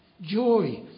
joy